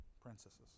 princesses